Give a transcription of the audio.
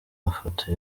mafoto